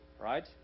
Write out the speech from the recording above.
right